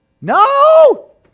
No